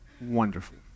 Wonderful